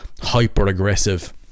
hyper-aggressive